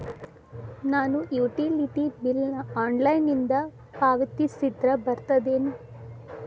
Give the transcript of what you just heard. ನಾನು utility bill ನ ಆನ್ಲೈನಿಂದ ಪಾವತಿಸಿದ್ರ ಬರ್ತದೇನು?